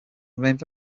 remained